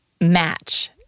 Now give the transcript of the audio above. match